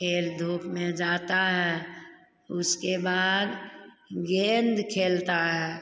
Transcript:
खेल धूप में जाता है उसके बाद गेंद खेलता है